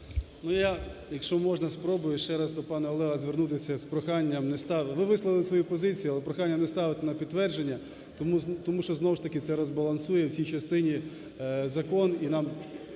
я, якщо можна, спробую ще раз до пана Олега звернутися з проханням не ставити… Ви висловили свою позицію, але прохання не ставити на підтвердження, тому що, знову ж таки, це розбалансує в цій частині закон